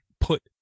put